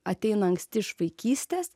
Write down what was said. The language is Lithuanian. ateina anksti iš vaikystės